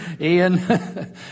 Ian